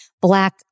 black